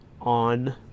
on